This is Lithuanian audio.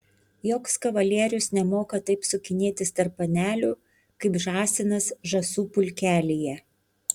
joks kavalierius nemoka taip sukinėtis tarp panelių kaip žąsinas žąsų pulkelyje